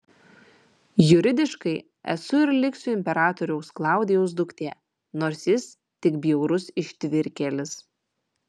juridiškai esu ir liksiu imperatoriaus klaudijaus duktė nors jis tik bjaurus ištvirkėlis